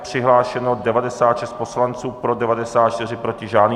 Přihlášeno 96 poslanců, pro 94, proti žádný.